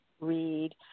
read